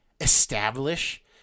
establish